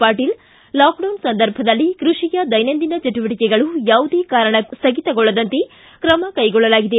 Patil lockdown ಸಂದರ್ಭದಲ್ಲಿ ಕೃಷಿಯ ದೈನಂದಿನ ಚಟುವಟಿಕೆಗಳು ಯಾವುದೇ ಕಾರಣಕ್ಕೂ ಸ್ಥಗಿತಗೊಳ್ಳದಂತೆ ಕ್ರಮ ಕೈಗೊಳ್ಳಲಾಗಿದೆ